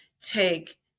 take